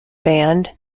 band